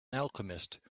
alchemist